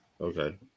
Okay